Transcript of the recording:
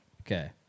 okay